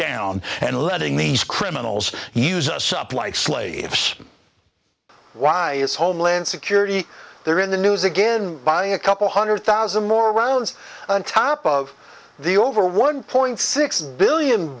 down and letting these criminals use us up like slaves why is homeland security they're in the news again by a couple hundred thousand more rounds on top of the over one point six billion